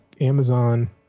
Amazon